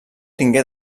tingué